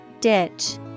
Ditch